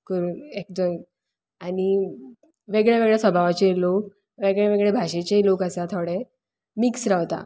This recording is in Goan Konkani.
करून एकजण आनी वेगळ्यां वेगळ्यां स्वभावाचे लोक वेगळ्यां वेगळ्यां भाशेचे लोक आसा थोडें मिक्स रावतात